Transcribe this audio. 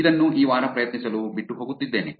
ಇದನ್ನು ಈ ವಾರ ಪ್ರಯತ್ನಿಸಲು ಬಿಟ್ಟು ಹೋಗುತ್ತಿದ್ದೇನೆ